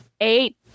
eight